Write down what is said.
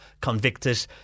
convicted